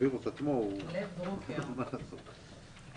מה לעשות.